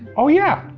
oh, yeah!